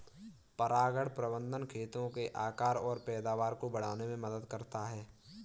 परागण प्रबंधन खेतों के आकार और पैदावार को बढ़ाने में मदद करता है